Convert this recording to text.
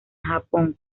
japón